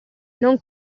non